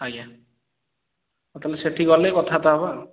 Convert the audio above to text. ଆଜ୍ଞା ହଉ ତା'ହେଲେ ସେଇଠି ଗଲେ କଥାବାର୍ତ୍ତା ହେବା ଆଉ